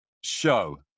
show